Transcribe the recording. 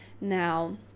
Now